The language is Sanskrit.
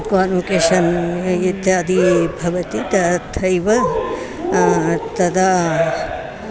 कोन्वकेशन् इत्यादि भवति तथैव तदा